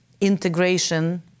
integration